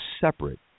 separate